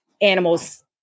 animals